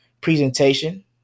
presentation